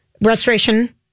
Restoration